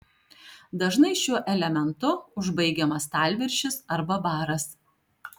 dažnai šiuo elementu užbaigiamas stalviršis arba baras